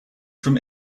from